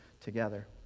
together